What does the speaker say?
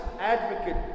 advocate